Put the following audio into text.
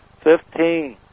Fifteen